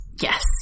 Yes